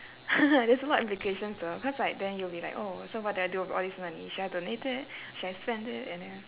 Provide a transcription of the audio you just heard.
there's more implications though cause like then you will be like oh so what do I do with all this money should I donate it should I spend it and then